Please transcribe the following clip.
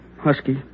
husky